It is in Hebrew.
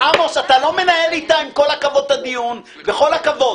בכל הכבוד.